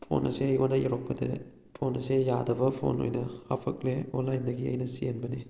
phone ꯑꯁꯦ ꯑꯩꯉꯣꯟꯗ ꯌꯧꯔꯛꯄꯗ ꯐꯣꯟ ꯑꯁꯦ ꯌꯥꯗꯕ ꯐꯣꯟ ꯑꯣꯏꯅ ꯍꯥꯞꯄꯛꯂꯦ ꯑꯣꯟꯂꯥꯏꯟꯗꯒꯤ ꯑꯩꯅ ꯆꯦꯟꯕꯅꯤ